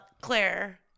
Claire